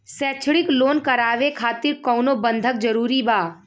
शैक्षणिक लोन करावे खातिर कउनो बंधक जरूरी बा?